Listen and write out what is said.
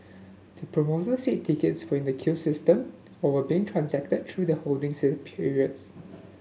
the promoter said tickets were in the queue system or were being transacted through the holding periods